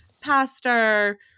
pastor